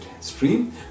Stream